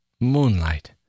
moonlight